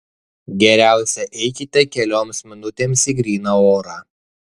geriausia eikite kelioms minutėms į gryną orą